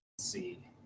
see